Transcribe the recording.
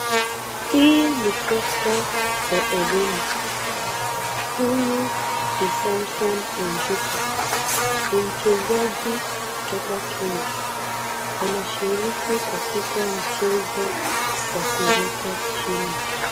Hii ni sekta ya elimu. Huyi ni Samson Ojuka. Ni mchezaji kutoka Kenya. Anashirika katika mchezo wa kuruka chini.